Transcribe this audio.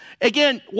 Again